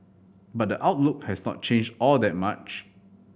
but the outlook has not changed all that much